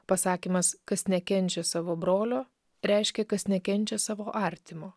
pasakymas kas nekenčia savo brolio reiškia kas nekenčia savo artimo